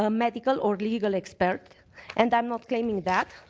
um medical or legal expert and i'm not claiming that.